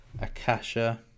Akasha